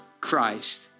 Christ